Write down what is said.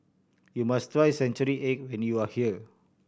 you must try century egg when you are here